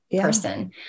person